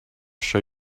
show